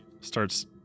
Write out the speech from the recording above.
Starts